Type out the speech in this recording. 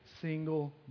single